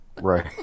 Right